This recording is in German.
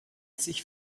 sich